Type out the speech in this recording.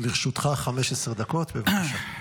לרשותך 15 דקות, בבקשה.